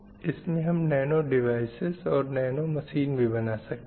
इसमें हम nano devices और नैनो मशीन भी बना सकते हैं